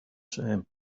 same